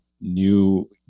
new